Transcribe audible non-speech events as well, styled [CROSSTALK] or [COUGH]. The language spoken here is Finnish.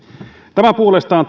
tämä puolestaan [UNINTELLIGIBLE]